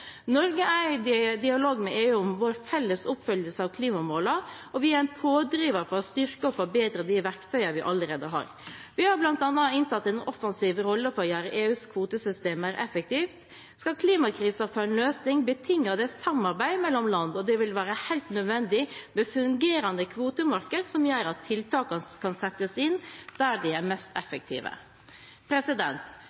Norge er i dialog med EU om vår felles oppfyllelse av klimamålene, og vi er en pådriver for å styrke og forbedre de verktøyene vi allerede har. Vi har bl.a. inntatt en offensiv rolle for å gjøre EUs kvotesystem mer effektivt. Skal klimakrisen få en løsning, betinger det samarbeid mellom land. Det vil være helt nødvendig med fungerende kvotemarkeder som gjør at tiltakene kan settes inn der de er mest